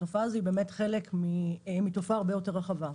התופעה הזאת היא חלק מתופעה הרבה יותר רחבה.